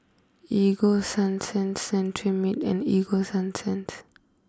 Ego Sunsense Cetrimide and Ego Sunsense